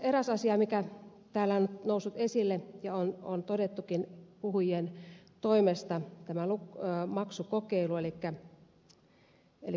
eräs asia mikä täällä on nyt noussut esille ja on todettukin puhujien toimesta on tämä maksukokeilu maksullisuus